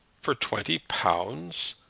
for twenty pounds!